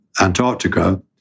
Antarctica